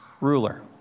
ruler